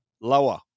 Lower